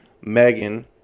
Megan